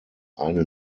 eine